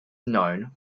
known